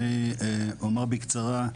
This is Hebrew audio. אני אומר בקצרה.